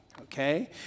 okay